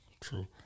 True